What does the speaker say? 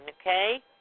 okay